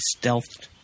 stealthed